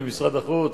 זה משרד החוץ,